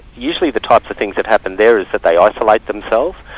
usually the types of things that happen there is that they isolate themselves,